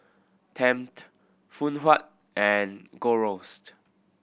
Tempt Phoon Huat and Gold Roast